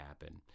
happen